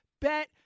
Bet